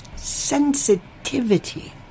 sensitivity